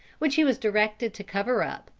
which he was directed to cover up,